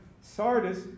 Sardis